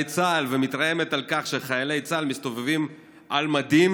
צה"ל ומתרעמת על כך שחיילי צה"ל מסתובבים על מדים